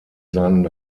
seinen